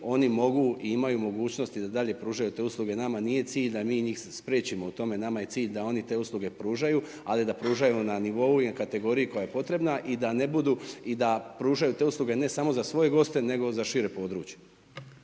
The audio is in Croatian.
oni mogu i imaju mogućnosti da dalje pružaju te usluge. Nama nije cilj da mi njih spriječimo u tome, nama je cilj da oni te usluge pružaju, ali da pružaju na nivou i u kategoriji koja je potrebna i da ne budu i da pružaju te usluge, ne samo za svoje goste, nego i za šire područje.